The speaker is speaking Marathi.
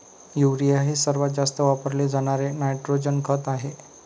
युरिया हे सर्वात जास्त वापरले जाणारे नायट्रोजन खत आहे